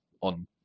on